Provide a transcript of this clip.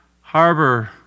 harbor